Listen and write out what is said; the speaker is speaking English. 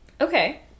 okay